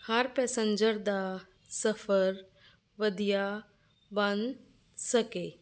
ਹਰ passenger ਦਾ ਸਫਰ ਵਧੀਆ ਬਣ ਸਕੇ